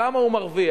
כמה הוא מרוויח,